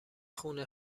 خونه